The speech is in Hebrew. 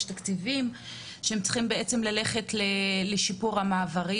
יש תקציבים שצריכים ללכת לשיפור המעברים